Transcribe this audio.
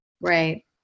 Right